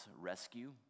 rescue